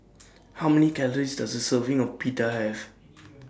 How Many Calories Does A Serving of Pita Have